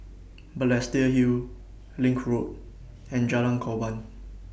Balestier Hill LINK Road and Jalan Korban